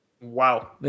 Wow